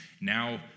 Now